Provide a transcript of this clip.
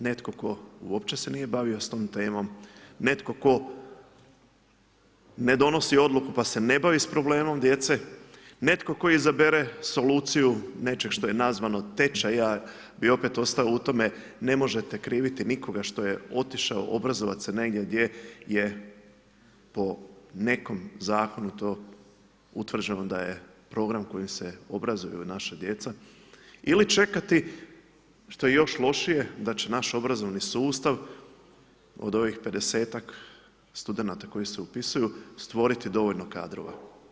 Netko tko uopće se nije bavio s tom temom, netko tko ne donosi odluku pa se ne bavi s problemom djece, netko tko izabere soluciju nečeg što je nazvano tečaj, ja bih opet je ostao u tome ne možete kriviti nikoga što je otišao obrazovati se negdje je po nekom zakonu utvrđeno da je program kojim se obrazuju naša djeca, ili čekati što je još lošije da će naš obrazovni sustav od ovih 50-tak studenata koji se upisuju stvoriti dovoljno kadrova.